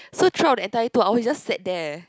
so throughout the entire two hours he just sat there